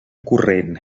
corrent